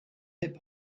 hip